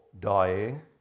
dying